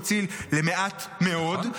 הוא הוציא למעט מאוד,